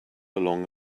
along